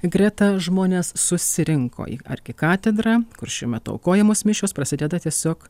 greta žmonės susirinko į arkikatedrą kur šiuo metu aukojamos mišios prasideda tiesiog